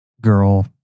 girl